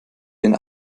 ihren